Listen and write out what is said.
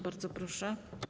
Bardzo proszę.